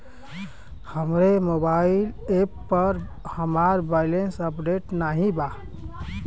हमरे mobile app पर हमार बैलैंस अपडेट नाई बा